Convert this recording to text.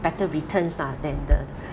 better returns lah than the